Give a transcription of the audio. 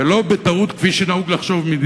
ולא כפי שנהוג לחשוב בטעות,